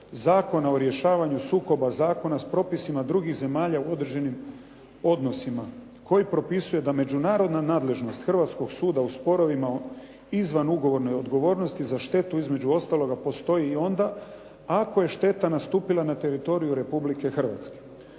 Zakona o rješavanju sukoba zakona s propisima drugih zemalja u određenim odnosima koji propisuje da međunarodna nadležnost hrvatskog suda u sporovima u izvan ugovornoj odgovornosti za štetu, između ostaloga postoji i onda ako je šteta nastupila na teritoriju Republike Hrvatske.